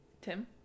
Tim